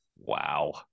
Wow